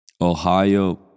Ohio